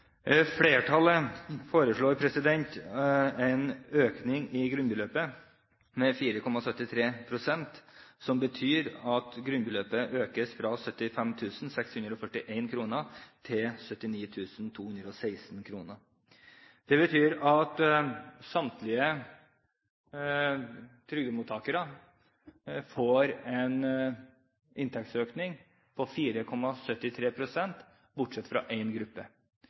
Flertallet foreslår en økning i grunnbeløpet på 4,73 pst., som betyr at grunnbeløpet økes fra 75 641 kr til 79 216 kr. Det betyr at samtlige trygdemottakere får en inntektsøkning på 4,73 pst. bortsett fra én gruppe. Den gruppen er alderspensjonister som får utbetalt pensjon, som får en